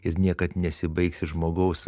ir niekad nesibaigs ir žmogaus